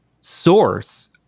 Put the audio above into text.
source